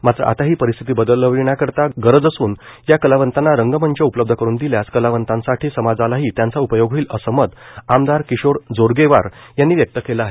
मात्र आता हि परिस्थिती बदलविण्याची गरज असून या कलावंतांना रंगमंच उपलब्ध करुन दिल्यास कलांवतासह समाजालाही त्याचा उपयोग होईल असं मत आमदार किशोर जोरगेवार यांनी व्यक्त केलं आहे